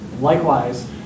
likewise